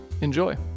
Enjoy